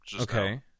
Okay